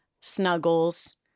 snuggles